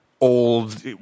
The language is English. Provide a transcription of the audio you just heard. old